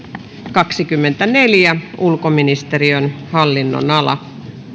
kaksikymmentäneljä ulkoministeriön hallinnonala